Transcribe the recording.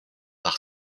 par